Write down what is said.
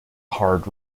hard